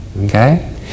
Okay